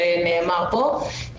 כפי שנאמר פה,